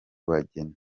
bageni